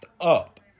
up